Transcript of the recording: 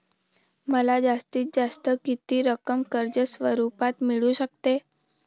मला जास्तीत जास्त किती रक्कम कर्ज स्वरूपात मिळू शकते?